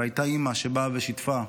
והייתה אימא שבאה ושיתפה.